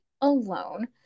alone